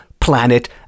planet